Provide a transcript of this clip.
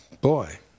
Boy